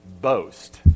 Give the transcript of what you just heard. Boast